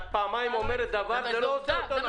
את פעמיים אומרת דבר אבל זה לא הופך אותו לנכון.